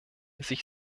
sich